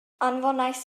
anfonais